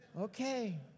Okay